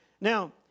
Now